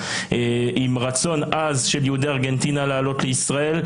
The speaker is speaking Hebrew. והיה רצון עז של יהודי ארגנטינה לעלות לישראל,